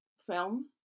film